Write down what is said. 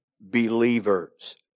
believers